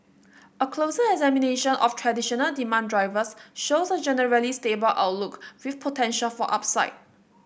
a closer examination of traditional demand drivers shows a generally stable outlook with potential for upside